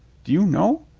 do you know?